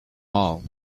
all